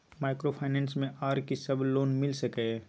Microfinance मे आर की सब लोन मिल सके ये?